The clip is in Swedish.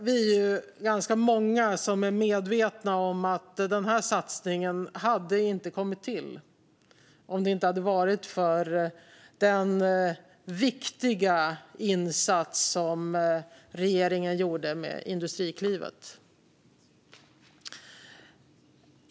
Vi är ganska många som är medvetna om att den här satsningen inte hade kommit till om det inte hade varit för den viktiga insats som regeringen gjorde med Industriklivet.